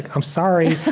i'm sorry.